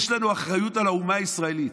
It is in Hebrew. יש לנו אחריות לאומה הישראלית,